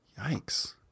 Yikes